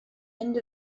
end